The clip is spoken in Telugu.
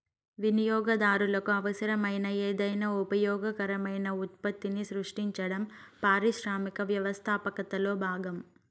వినియోగదారులకు అవసరమైన ఏదైనా ఉపయోగకరమైన ఉత్పత్తిని సృష్టించడం పారిశ్రామిక వ్యవస్థాపకతలో భాగం